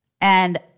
and-